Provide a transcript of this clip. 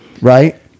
right